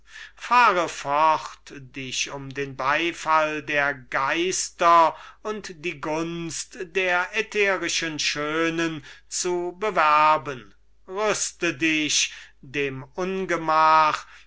fahre fort dich um den beifall der geister und die gunst der ätherischen schönen zu bewerben rüste dich dem ungemach